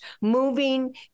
moving